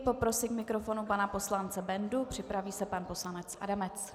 Poprosím k mikrofonu pana poslance Bendu, připraví se pan poslanec Adamec.